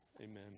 Amen